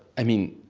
i mean,